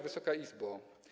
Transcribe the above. Wysoka Izbo!